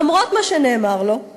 למרות מה שנאמר לו,